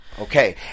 okay